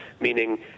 meaning